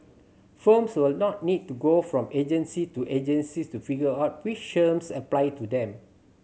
firms will not need to go from agency to agency to figure out which schemes apply to them